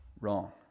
Wrong